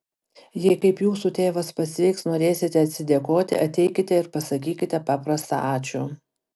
jei kaip jūsų tėvas pasveiks norėsite atsidėkoti ateikite ir pasakykite paprastą ačiū